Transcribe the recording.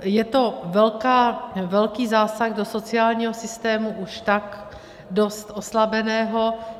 Je to velký zásah do sociálního systému, už tak dost oslabeného.